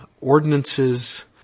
ordinances